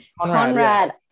Conrad